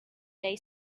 day